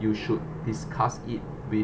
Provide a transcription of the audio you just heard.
you should discuss it with